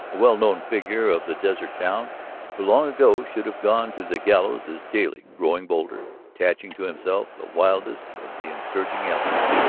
well-known figure of the desert town who long ago should have gone to the gallows is daily growing bolder, attaching to himself the wildest of the insurging element,